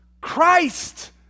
Christ